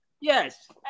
Yes